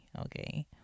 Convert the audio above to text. okay